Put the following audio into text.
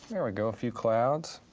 there we go, a few clouds.